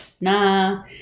nah